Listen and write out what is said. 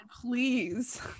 please